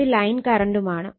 ഇത് ലൈൻ കറണ്ടുമാണ്